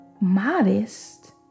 modest